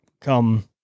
come